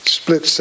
split